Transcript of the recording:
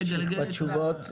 בואו נמשיך בתשובות.